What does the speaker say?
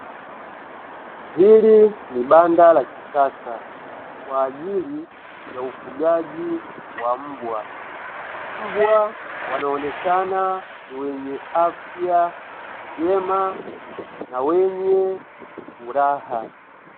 Hili ni banda la kisasa kwa ajili ya ufugaji wa mbwa. Mbwa wanaonekana ni wenye afya njema na wenye furaha.